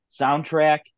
Soundtrack